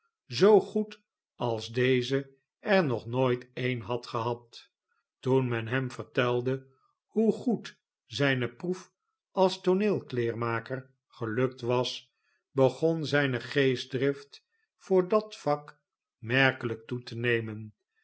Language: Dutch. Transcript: zoo goed als deze er nog nooit een had gehad toen men hem vertelde hoe goed zijne proef als tooneel kleermaker gelukt was begon zijne geestdrift voor dat vak merkelijk toe te nemen